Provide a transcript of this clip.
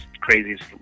craziest